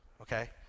okay